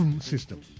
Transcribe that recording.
system